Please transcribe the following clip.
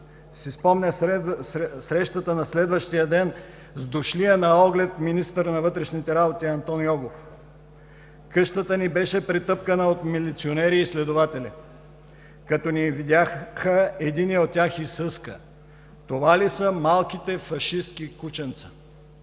си спомня за срещата на следващия ден с дошлия на оглед министър на вътрешните работи Антон Югов: „Къщата ни беше претъпкана от милиционери и следователи. Като ни видяха, единият от тях изсъска: „Това ли са малките фашистки кученца?“.